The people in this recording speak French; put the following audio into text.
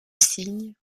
signe